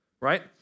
right